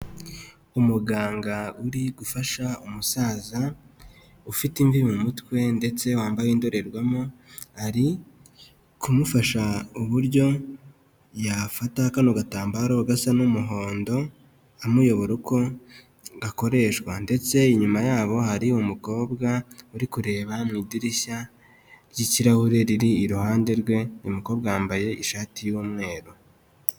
Umuganga uri gufasha umusaza ufite imvi mu mutwe ndetse wambaye indorerwamo, ari kumufasha uburyo yafata kano gatambaro gasa n'umuhondo amuyobora uko gakoreshwa, ndetse inyuma yabo hari umukobwa uri kureba mu idirishya ry'ikirahure riri iruhande rwe. Uyu mukobwa wambaye ishati y'umweru.